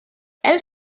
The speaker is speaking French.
elle